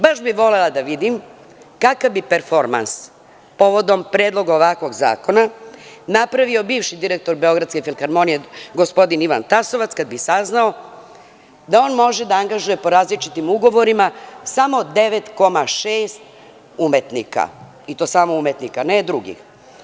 Baš bih volela da vidim kakav bi performans povodom predloga ovakvog zakona napravio bivši direktor Beogradske filharmonije, gospodin Ivan Tasovac, kada bi saznao da on može da angažuje po različitim ugovorima samo 9,6 umetnika i to samo umetnika, ne drugih.